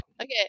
okay